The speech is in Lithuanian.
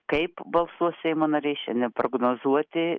kaip balsuos seimo nariai šiandien prognozuoti